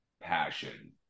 passion